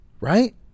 right